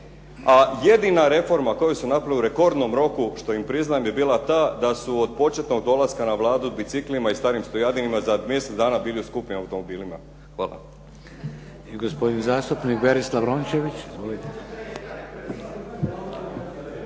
A jedina reforma koju su napravili u rekordnom roku što im priznajem bi bila ta da su od početnog dolaska na Vladu biciklima i starim stojadinima za mjesec dana bili u skupim automobilima. Hvala.